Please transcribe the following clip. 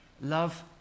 Love